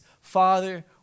Father